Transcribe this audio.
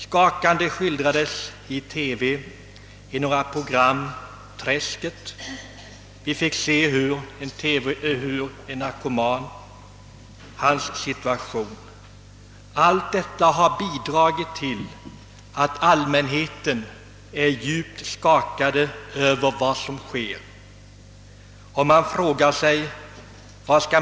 Skakande skildrades i TV i några program Träsket, där vi fick en inblick i narkomanens situation. Allt detta har bidragit till att allmänheten är djupt skakad av vad som sker på detta område.